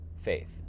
faith